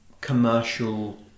commercial